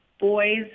boys